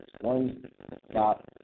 One-stop